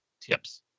tips